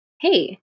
hey